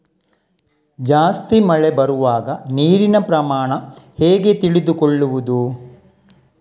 ಜಾಸ್ತಿ ಮಳೆ ಬರುವಾಗ ನೀರಿನ ಪ್ರಮಾಣ ಹೇಗೆ ತಿಳಿದುಕೊಳ್ಳುವುದು?